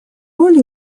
роль